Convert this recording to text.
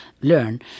learn